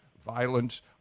violence